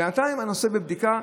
בינתיים הנושא בבדיקה.